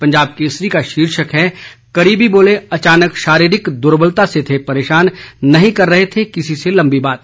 पंजाब केसरी का शीर्षक है करीबी बोले अचानक शारीरिक दुर्बलता से थे परेशान नहीं कर रहे थे किसी से लंबी बात